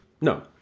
No